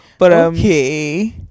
okay